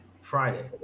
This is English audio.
Friday